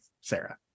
Sarah